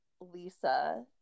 Lisa